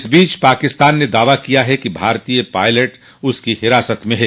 इस बीच पाकिस्तान ने दावा किया है कि भारतीय पायलट उसकी हिरासत में हैं